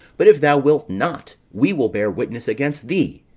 but if thou wilt not, we will bear witness against thee,